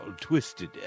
twisted